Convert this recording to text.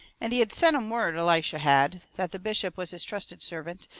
and he had sent em word, elishyah had, that the bishop was his trusted servant,